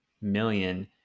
million